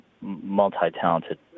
multi-talented